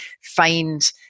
find